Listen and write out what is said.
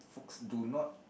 folks do not